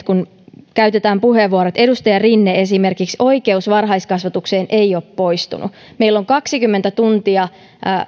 kun käytetään puheenvuoroja edustaja rinne esimerkiksi oikeus varhaiskasvatukseen ei ole poistunut meillä on kaksikymmentä tuntia